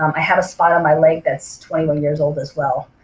um i have a spot on my leg that's twenty one years old as well.